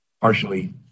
partially